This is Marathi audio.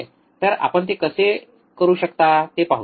तर आपण ते कसे करू शकता ते पाहूया